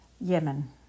Yemen